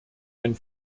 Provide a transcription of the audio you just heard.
ein